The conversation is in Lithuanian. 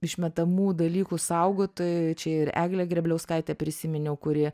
išmetamų dalykų saugotojai čia ir eglę grėbliauskaitę prisiminiau kuri